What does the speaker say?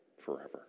forever